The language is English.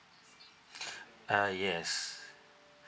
uh yes